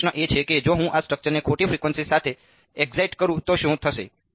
હવે પ્રશ્ન એ છે કે જો હું આ સ્ટ્રક્ચરને ખોટી ફ્રિકવન્સી સાથે એક્સાઈટ કરું તો શું થશે